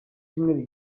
cyumweru